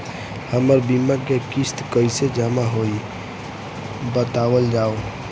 हमर बीमा के किस्त कइसे जमा होई बतावल जाओ?